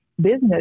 business